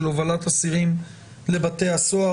של הובלת אסירים לבתי הסוהר,